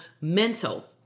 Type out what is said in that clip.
mental